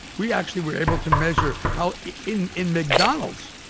we actually were able to measure how in in mcdonald's,